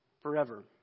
forever